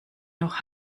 noch